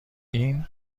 این